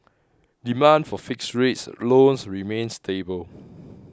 demand for fixed rate loans remains stable